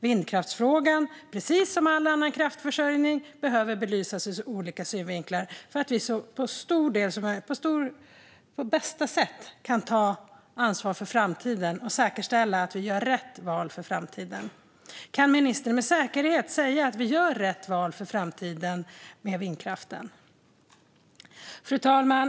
Vindkraften behöver, precis som all annan kraftförsörjning, belysas ur olika synvinklar för att vi på bästa sätt ska kunna ta ansvar för framtiden och säkerställa att vi gör rätt val för framtiden. Kan ministern med säkerhet säga att vi gör rätt val för framtiden med vindkraften? Fru talman!